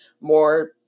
more